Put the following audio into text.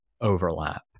overlap